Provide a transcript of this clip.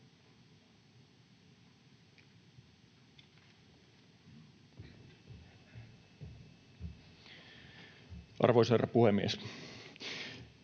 Arvoisa puhemies!